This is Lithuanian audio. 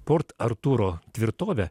port artūro tvirtovę